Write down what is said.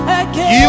again